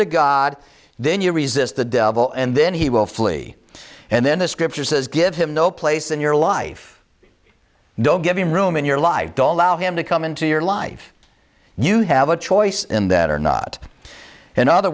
to god then you resist the devil and then he will flee and then the scripture says give him no place in your life no giving room in your life to all out him to come into your life you have a choice in that or not in other